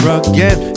again